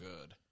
good